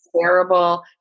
terrible